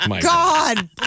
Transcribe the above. God